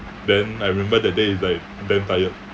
then I remember that day is like damn tired